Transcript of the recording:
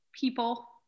People